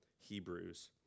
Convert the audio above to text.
Hebrews